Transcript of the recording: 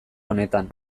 honetan